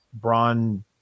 Braun